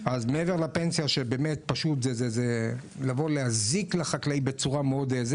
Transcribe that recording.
מעבר לפנסיה, שזה פשוט לבוא להזיק לחקלאי,